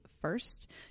first